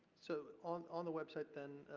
so on on the website, then,